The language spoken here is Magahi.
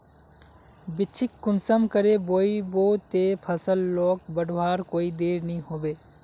बिच्चिक कुंसम करे बोई बो ते फसल लोक बढ़वार कोई देर नी होबे?